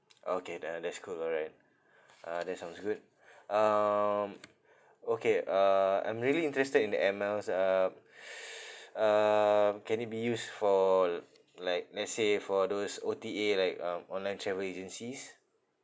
okay then that's cool all right uh that sounds good um okay uh I'm really interested in the air miles um um can it be used for l~ like let's say for those O_T_A like um online travel agencies